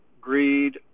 greed